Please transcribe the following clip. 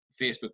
Facebook